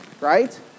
right